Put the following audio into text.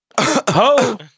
Ho